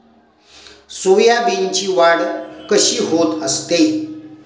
सोयाबीनची वाढ कशी होत असते?